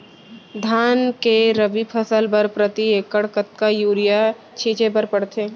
धान के रबि फसल बर प्रति एकड़ कतका यूरिया छिंचे बर पड़थे?